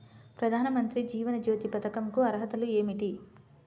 ప్రధాన మంత్రి జీవన జ్యోతి పథకంకు అర్హతలు ఏమిటి?